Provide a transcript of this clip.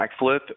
backflip